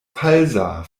falsa